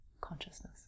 consciousness